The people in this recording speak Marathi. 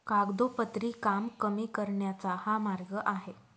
कागदोपत्री काम कमी करण्याचा हा मार्ग आहे